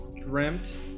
Dreamt